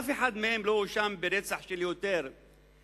אף אחד מהם לא הואשם ברצח של יותר מאחד.